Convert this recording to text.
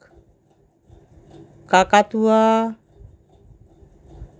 কাকাতুয়া